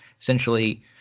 essentially